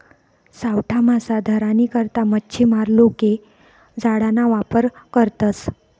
सावठा मासा धरानी करता मच्छीमार लोके जाळाना वापर करतसं